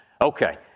Okay